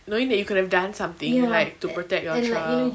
knowing that you could have done something like to protect your child